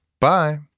Bye